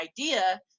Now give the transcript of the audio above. idea